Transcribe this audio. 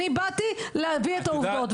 אני באתי להביא את העובדות.